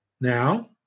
Now